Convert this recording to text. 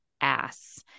ass